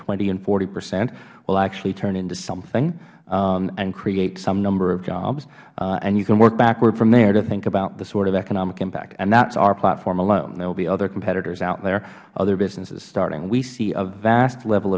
twenty and hpercent will actually turn into something and create some number of jobs and you can work backward from there to think about the sort of economic impact and that's our platform alone there will be other competitors out there other businesses starting we see a vast level